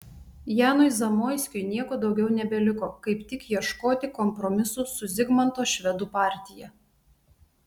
janui zamoiskiui nieko daugiau nebeliko kaip tik ieškoti kompromisų su zigmanto švedų partija